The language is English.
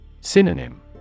Synonym